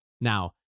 Now